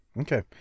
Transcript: Okay